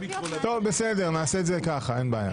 אין בעיה.